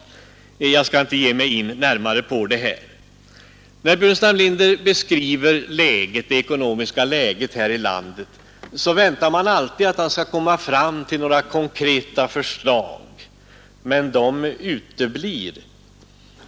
När herr Burenstam Linder besk river det ekonomiska läget här i landet väntar man alltid att han skall komma fram till några konkreta förslag, men de uteblir.